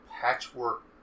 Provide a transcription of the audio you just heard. patchwork